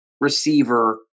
receiver